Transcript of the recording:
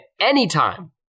anytime